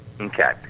Okay